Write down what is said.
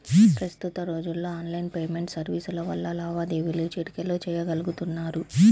ప్రస్తుత రోజుల్లో online payment సర్వీసుల వల్ల లావాదేవీలు చిటికెలో చెయ్యగలుతున్నారు